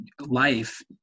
life